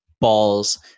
balls